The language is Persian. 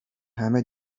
همه